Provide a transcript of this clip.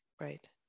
Right